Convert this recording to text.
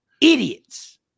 Idiots